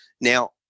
Now